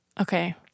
okay